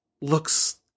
looks